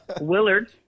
Willard